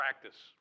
practice